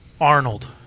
Arnold